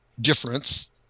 difference